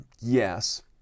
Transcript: yes